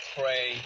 pray